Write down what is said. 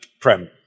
Prem